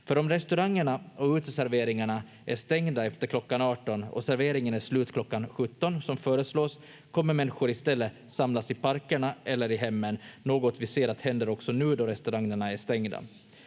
om restaurangerna och uteserveringarna är stängda efter klockan 18 och serveringen är slut klockan 17, som föreslås, kommer människor i stället samlas i parkerna eller i hemmen, något vi ser att händer också nu då restaurangerna är stängda.